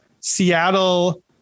Seattle